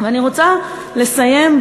אני רוצה לסיים.